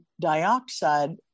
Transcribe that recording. dioxide